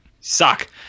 Suck